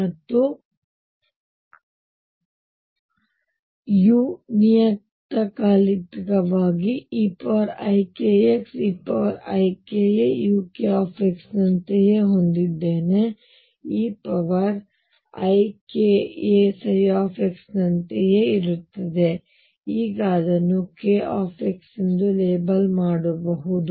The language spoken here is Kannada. ಮತ್ತು u ನಿಯತಕಾಲಿಕವಾಗಿರುವುದರಿಂದ ನಾನು ಇದನ್ನು eikxeikauk ನಂತೆಯೇ ಹೊಂದಿದ್ದೇನೆ ಅದು eikaψ ನಂತೆಯೇ ಇರುತ್ತದೆ ಈಗ ಅದನ್ನು k x ಎಂದು ಲೇಬಲ್ ಮಾಡೋಣ